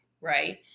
right